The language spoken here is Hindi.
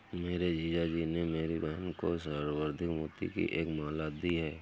मेरे जीजा जी ने मेरी बहन को संवर्धित मोती की एक माला दी है